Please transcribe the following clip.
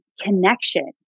connection